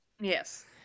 Yes